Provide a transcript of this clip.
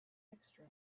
extra